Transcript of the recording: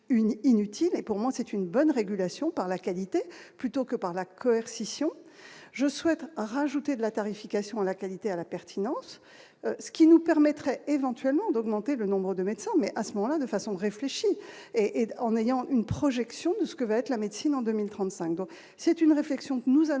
et pour moi c'est une bonne régulation par la qualité plutôt que par la coercition je souhaiterais rajouter de la tarification à la qualité à la pertinence, ce qui nous permettrait éventuellement d'augmenter le nombre de médecins mais à ce moment-là de façon réfléchie et en ayant une projection de ce que va être la médecine en 2035, donc c'est une réflexion que nous allons